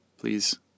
please